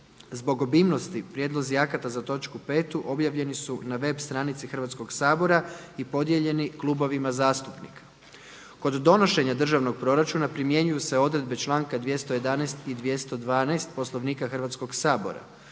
Zbog obimnosti prijedlozi akata za točku 5. objavljeni su na web stranici Hrvatskog sabora i podijeljeni klubovima zastupnika. Kod donošenja državnog proračuna primjenjuju se odredbe članka 211. i 212. Poslovnika Hrvatskog sabora.